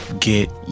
Get